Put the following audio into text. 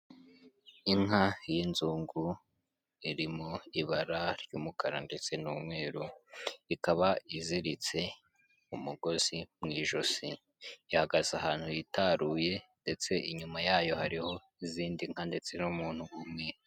Inka y'inzungu, iririmo ibara ry'umukara ndetse n'umweru, ikaba iziritse umugozi mu ijosi, ihagaze ahantu hitaruye, ndetse inyuma yayo hariho izindi nka ndetse n'umuntu umwe.